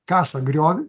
kasa griovį